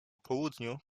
południu